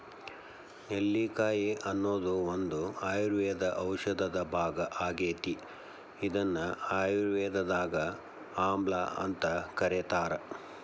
ನೆಲ್ಲಿಕಾಯಿ ಅನ್ನೋದು ಒಂದು ಆಯುರ್ವೇದ ಔಷಧದ ಭಾಗ ಆಗೇತಿ, ಇದನ್ನ ಆಯುರ್ವೇದದಾಗ ಆಮ್ಲಾಅಂತ ಕರೇತಾರ